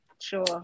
Sure